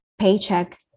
paycheck